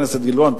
חבר הכנסת גילאון,